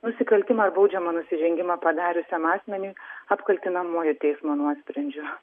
nusikaltimą ar baudžiamą nusižengimą padariusiam asmeniui apkaltinamuoju teismo nuosprendžiu